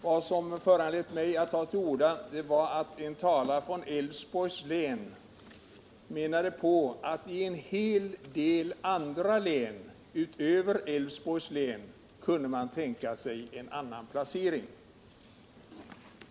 Jag vill då erinra om att såväl utredningen, länsdomstolkommittén, som kommunministern uttalat att utgångspunkten bör vara att länsrätten skall förläggas till denna.